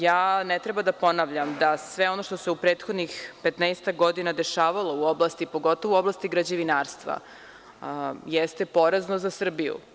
Ja ne treba da ponavljam da sve ono što se u prethodnih 15-ak godina dešavalo u oblasti građevinarstva jeste porazno za Srbiju.